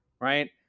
right